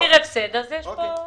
אם זה מחיר הפסד, יש פה בעיה.